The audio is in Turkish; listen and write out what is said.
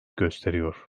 gösteriyor